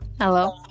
Hello